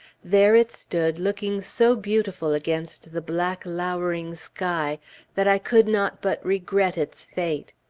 there it stood, looking so beautiful against the black, lowering sky that i could not but regret its fate.